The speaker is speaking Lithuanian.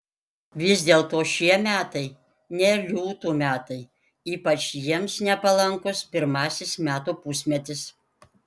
vis dėlto šie metai ne liūtų metai ypač jiems nepalankus pirmasis metų pusmetis